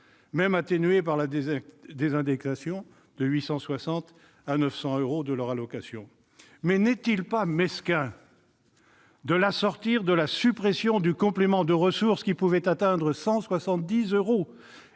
même atténuée par la désindexation, de 860 à 900 euros de leur allocation. Mais n'est-il pas mesquin de l'assortir de la suppression du complément de ressources, qui pouvait atteindre 170 euros